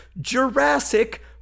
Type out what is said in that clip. Jurassic